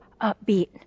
upbeat